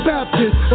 Baptist